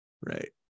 Right